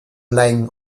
online